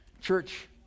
Church